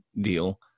deal